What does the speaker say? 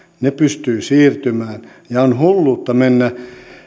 ne pystyvät siirtymään ja on hulluutta mennä